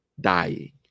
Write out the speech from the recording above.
dying